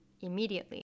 immediately